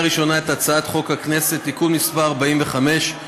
ראשונה את הצעת חוק הכנסת (תיקון מס' 45)